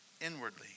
inwardly